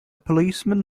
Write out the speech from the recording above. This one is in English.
policeman